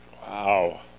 Wow